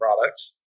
products